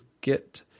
get